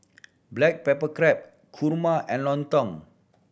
black pepper crab kurma and lontong